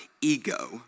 ego